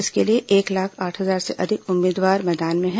इसके लिए एक लाख आठ हजार से अधिक उम्मीदवार मैदान में हैं